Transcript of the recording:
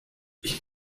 ich